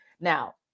Now